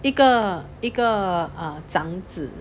一个一个 err 长子